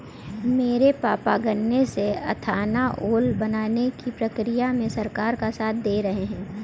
मेरे पापा गन्नों से एथानाओल बनाने की प्रक्रिया में सरकार का साथ दे रहे हैं